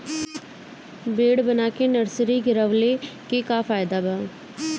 Bed बना के nursery गिरवले के का फायदा बा?